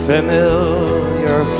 Familiar